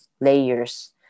layers